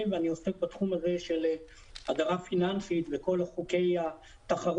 ואני עוסק בתחום הזה של הדרה פיננסית וכל חוקי התחרות.